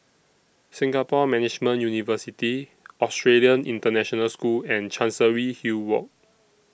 Singapore Management University Australian International School and Chancery Hill Walk